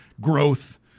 growth